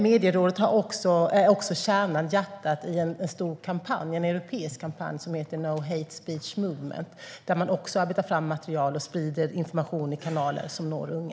Statens medieråd är också kärnan - hjärtat - i en stor europeisk kampanj som heter No Hate Speech Movement, där man också arbetar fram material och sprider information i kanaler som når unga.